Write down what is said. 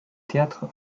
théâtre